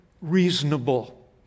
reasonable